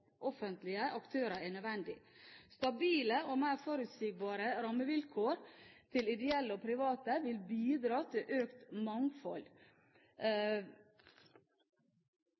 offentlige aktører er nødvendig. Stabile og mer forutsigbare rammevilkår for ideelle og private institusjoner vil bidra til økt mangfold,